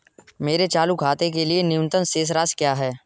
मेरे चालू खाते के लिए न्यूनतम शेष राशि क्या है?